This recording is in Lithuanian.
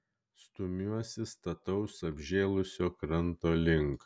stumiuosi stataus apžėlusio kranto link